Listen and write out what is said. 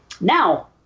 Now